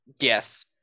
yes